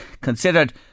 considered